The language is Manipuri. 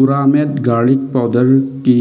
ꯄꯨꯔꯥꯃꯦꯠ ꯒꯥꯔꯂꯤꯛ ꯄꯥꯎꯗꯔ ꯀꯤ